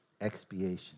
Expiation